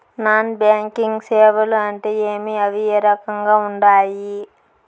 non banking సేవలు అంటే ఏమి అవి ఏ రకంగా ఉండాయి